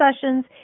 sessions